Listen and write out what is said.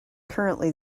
currently